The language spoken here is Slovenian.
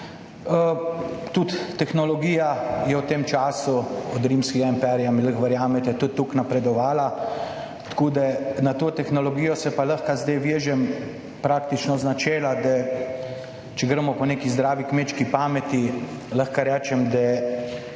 Tudi tehnologija je v tem času, od rimskega imperija, mi lahko verjamete, tudi toliko napredovala, tako da na to tehnologijo se pa lahko zdaj vežem praktično z načela, da če gremo po neki zdravi kmečki pameti, lahko rečem, da